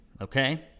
okay